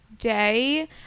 day